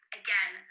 again